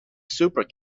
super